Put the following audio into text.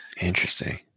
Interesting